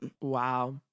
Wow